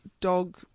dog